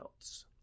else